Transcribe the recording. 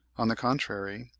on the contrary,